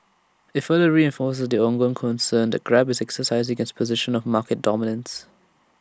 IT further reinforces the ongoing concern that grab is exercising its position of market dominance